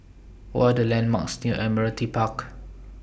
What Are The landmarks near Admiralty Park